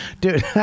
Dude